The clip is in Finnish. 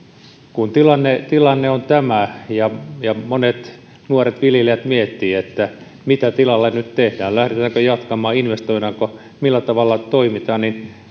kun tilanne tilanne on tämä ja ja monet nuoret viljelijät miettivät mitä tilalle nyt tehdään lähdetäänkö jatkamaan investoidaanko millä tavalla toimitaan niin